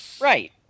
Right